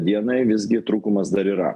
dienai visgi trūkumas dar yra